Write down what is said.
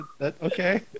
Okay